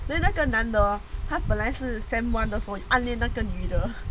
then 那那个男的 hor 他本来是 semester one 暗恋那个女的